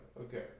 okay